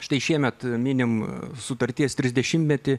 štai šiemet minim sutarties trisdešimtmetį